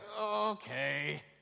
okay